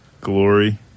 glory